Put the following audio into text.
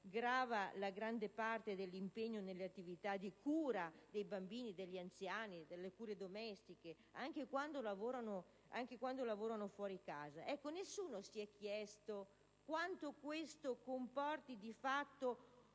grava la gran parte dell'impegno nelle attività di cura dei bambini e degli anziani e nelle attività domestiche, anche quando lavorano fuori casa. Nessuno si è chiesto quanto ciò comporti, di fatto,